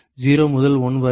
0 முதல் 1 வரை